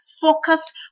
focus